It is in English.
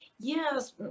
Yes